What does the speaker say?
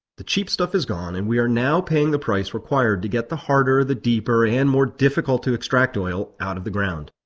the cheap stuff is gone, and we are now paying the price required to get the harder, deeper, and more difficult to extract oil out of the ground.